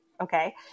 okay